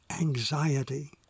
anxiety